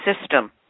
system